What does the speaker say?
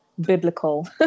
Biblical